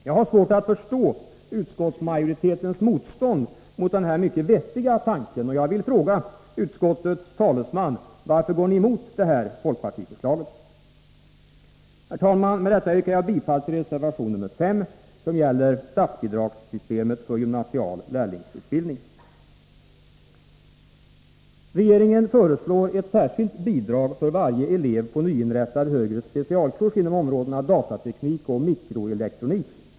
Jag har svårt att förstå utskottsmajoritetens motstånd mot den här mycket vettiga tanken, och jag vill fråga utskottets talesman: Varför går ni emot folkpartiförslaget? Herr talman! Med detta yrkar jag bifall till reservation nr 5, som gäller statsbidragssystemet för gymnasial lärlingsutbildning. Regeringen föreslår ett särskilt bidrag för varje elev på nyinrättad högre specialkurs inom områdena datateknik och mikroelektronik.